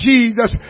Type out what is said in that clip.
Jesus